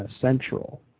Central